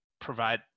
provide